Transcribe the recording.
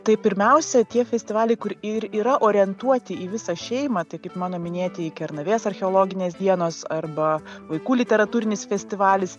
tai pirmiausia tie festivaliai kur ir yra orientuoti į visą šeimą tai kaip mano minėtieji kernavės archeologinės dienos arba vaikų literatūrinis festivalis